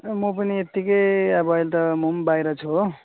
म पनि यत्तिकै अब अहिले त म पनि बाहिर छु हो